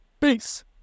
Peace